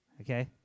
Okay